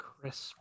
crisp